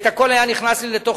והכול היה נכנס לי לתוך